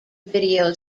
video